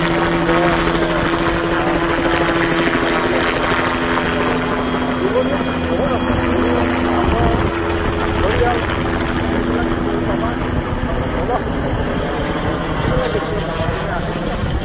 অ' গঁড় আছে আৰু আপোনাৰ হাতী আছে আৰু জীৱ জন্তু বহুত আছে হৰিণ বান্দৰ ঘঁৰিয়াল এইবিলাক দেখিবলৈ পাবা আৰু জলহস্থী এইবিলাক দেখিবলৈ পাবা তুমি আহি থাকাচোন